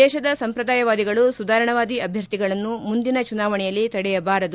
ದೇಶದ ಸಂಪ್ರದಾಯವಾದಿಗಳು ಸುಧಾರಣಾವಾದಿ ಅಭ್ಯರ್ಥಿಗಳನ್ನು ಮುಂದಿನ ಚುನಾವಣೆಯಲ್ಲಿ ತಡೆಯಬಾರದು